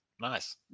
nice